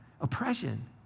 oppression